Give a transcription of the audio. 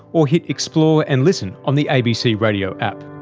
or hit explore and listen on the abc radio app